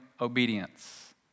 obedience